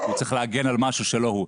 הוא צריך להגן על משהו שזה לא הוא,